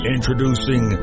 Introducing